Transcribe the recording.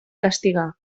castigar